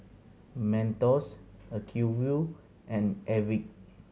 Mentos Acuvue and Airwick